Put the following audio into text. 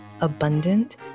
abundant